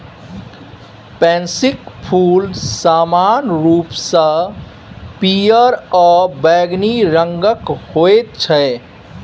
पैंसीक फूल समान्य रूपसँ पियर आ बैंगनी रंगक होइत छै